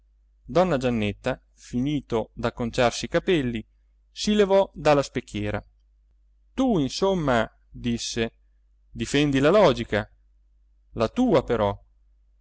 donna giannetta finito d'acconciarsi i capelli si levò dalla specchiera tu insomma disse difendi la logica la tua però